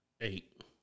Eight